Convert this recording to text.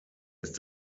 ist